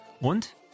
und